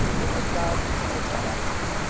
mrs varden's did directly.